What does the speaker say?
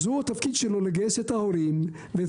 אז התפקיד שלו לגייס את ההורים ואת